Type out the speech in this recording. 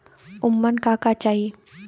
ओमन का का चाही?